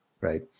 right